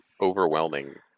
overwhelming